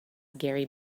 gary